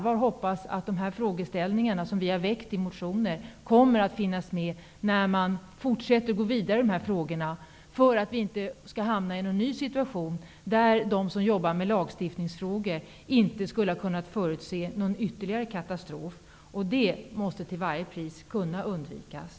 Jag hoppas på allvar att de frågeställningar som vi har väckt i motioner kommer att finnas med när man går vidare i de här frågorna, för att vi inte skall hamna i en ny situation, där de som jobbar med lagstiftningsfrågor inte skulle ha kunnat förutse någon ytterligare katastrof. Det måste till varje pris kunna undvikas.